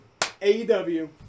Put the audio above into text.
AEW